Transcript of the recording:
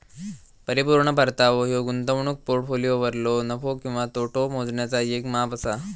परिपूर्ण परतावो ह्यो गुंतवणूक पोर्टफोलिओवरलो नफो किंवा तोटो मोजण्याचा येक माप असा